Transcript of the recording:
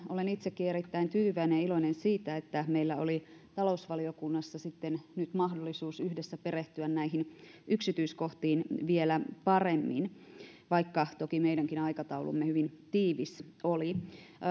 olen itsekin erittäin tyytyväinen ja iloinen siitä että meillä oli talousvaliokunnassa nyt sitten mahdollisuus yhdessä perehtyä näihin yksityiskohtiin vielä paremmin vaikka toki meidänkin aikataulumme hyvin tiivis oli